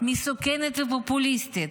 מסוכנת ופופוליסטית,